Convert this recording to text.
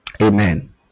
Amen